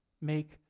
Make